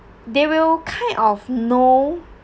they will kind of know